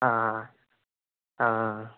ആഅ ആഅ